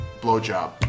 blowjob